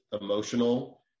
emotional